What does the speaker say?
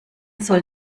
soll